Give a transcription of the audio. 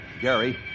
Gary